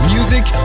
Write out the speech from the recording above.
Music